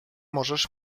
możesz